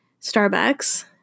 Starbucks